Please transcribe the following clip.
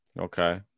Okay